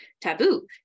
taboo